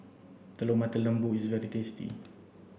Telur Mata Lembu is very tasty